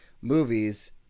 movies